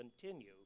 continue